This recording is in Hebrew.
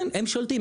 הם שולטים,